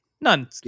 None